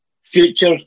Future